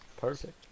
perfect